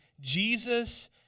Jesus